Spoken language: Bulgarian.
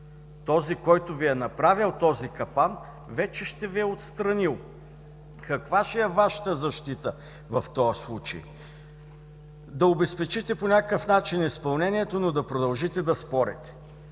Този, който Ви е направил капана, вече ще Ви е отстранил. Каква ще е Вашата защита в този случай? Да обезпечите по някакъв начин изпълнението, но да продължите да спорите.